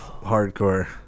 hardcore